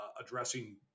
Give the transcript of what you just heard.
addressing